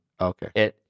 Okay